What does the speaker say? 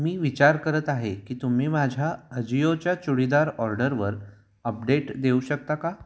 मी विचार करत आहे की तुम्ही माझ्या अजिओच्या चुडीदार ऑर्डरवर अपडेट देऊ शकता का